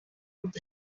would